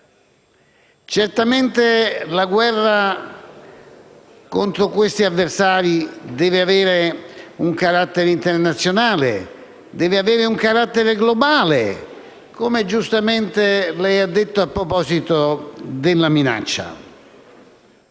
Certamente la guerra contro questi avversari deve avere un carattere internazionale e globale, come giustamente lei ha detto a proposito della minaccia.